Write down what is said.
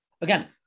Again